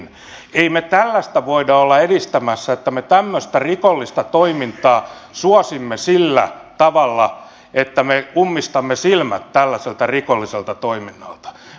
emme me tällaista voi olla edistämässä että me tämmöistä rikollista toimintaa suosimme sillä tavalla että me ummistamme silmät tällaiselta rikolliselta toiminnalta